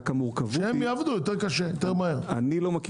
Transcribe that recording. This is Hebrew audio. שיעבדו יותר מהר.